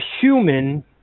human